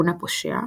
שכונה פושע,